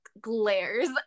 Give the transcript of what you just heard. glares